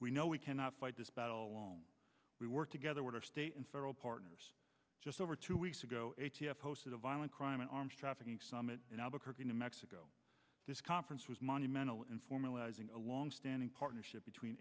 we know we cannot fight this battle we work together with our state and federal partners just over two weeks ago posted a violent crime an arms trafficking summit in albuquerque new mexico this conference was monumental in formalizing a longstanding partnership between